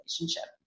relationship